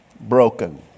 broken